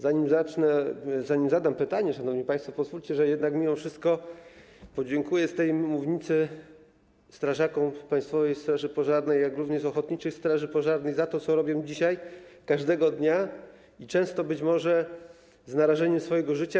Zanim zacznę, zanim zadam pytanie, szanowni państwo, pozwólcie, że jednak mimo wszystko podziękuję z tej mównicy strażakom z Państwowej Straży Pożarnej, jak również z ochotniczej straży pożarnej za to, co robią dzisiaj, każdego dnia i często być może z narażeniem swojego życia.